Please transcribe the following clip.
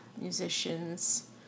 musicians